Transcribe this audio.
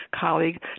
colleague